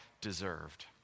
deserved